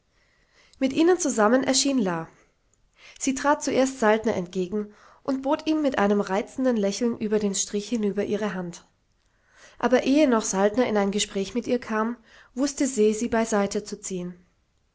mit ihnen zusammen erschien la sie trat zuerst saltner entgegen und bot ihm mit einem reizenden lächeln über den strich hinüber ihre hand aber ehe noch saltner in ein gespräch mit ihr kam wußte se sie beiseite zu ziehen